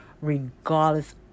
regardless